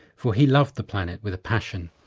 for he loved the planet with a passion,